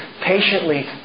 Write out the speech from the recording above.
patiently